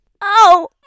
Oh